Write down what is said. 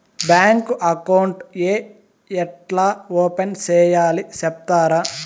Bank account ఏ ఎట్లా open సేయాలి సెప్తారా?